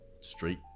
straight